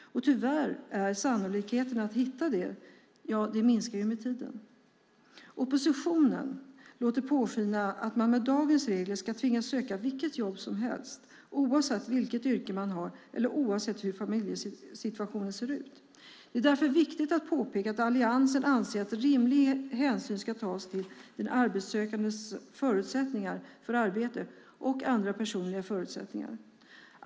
Tyvärr minskar sannolikheten att hitta ett nytt jobb med tiden. Oppositionen låter påskina att man med dagens regler ska tvingas söka vilket jobb som helst, oavsett vilket yrke man har eller oavsett hur familjesituationen ser ut. Det är därför viktigt att påpeka att Alliansen anser att rimlig hänsyn ska tas till den arbetssökandes förutsättningar för arbete och andra personliga förutsättningar.